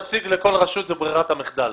נציג לכל רשות זו ברירת המחדל,